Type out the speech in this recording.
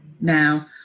Now